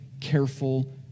careful